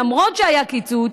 למרות שהיה קיצוץ,